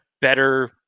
better